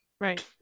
right